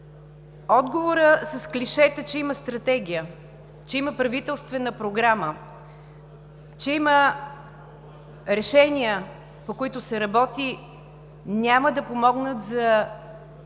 Отговорът с клишета – че има стратегия, че има правителствена програма, че има решения, по които се работи, няма да помогнат за